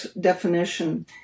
definition